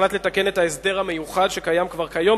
הוחלט לתקן את ההסדר המיוחד שקיים כבר היום